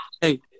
Hey